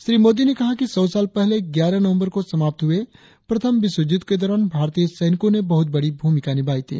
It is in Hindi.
श्री मोदी ने कहा कि सौ साल पहले ग्यारह नवंबर को समाप्त हुए प्रथम विश्व युद्ध के दौरान भारतीय सैनिकों ने बहुत बड़ी भूमिका निभाई थी